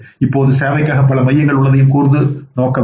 இப்பொழுது சேவைக்காக பல மையங்கள் உள்ளதையும் கூர்ந்து நோக்க வேண்டும்